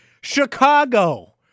Chicago